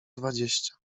dwadzieścia